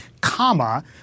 comma